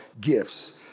gifts